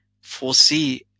foresee